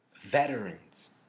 veterans